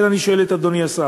לכן אני שואל את אדוני השר: